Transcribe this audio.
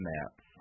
Maps